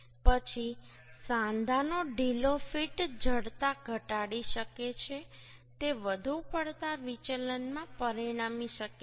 પછી સાંધાનો ઢીલો ફિટ જડતા ઘટાડી શકે છે જે વધુ પડતા વિચલનમાં પરિણમી શકે છે